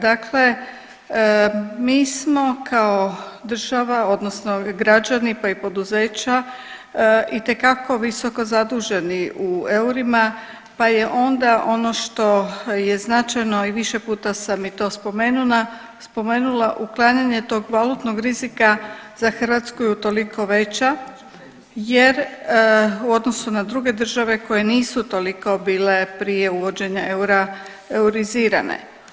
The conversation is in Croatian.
Dakle, mi smo kao država odnosno građani, pa i poduzeća itekako visoko zaduženi u eurima, pa je onda ono što je značajno i više puta sam i to spomenula uklanjanje tog valutnog rizika za Hrvatsku je utoliko veća, jer u odnosu na druge države koje nisu toliko bile prije uvođenja eura eurizirane.